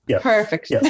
perfect